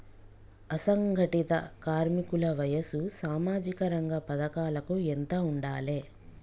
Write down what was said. అసంఘటిత కార్మికుల వయసు సామాజిక రంగ పథకాలకు ఎంత ఉండాలే?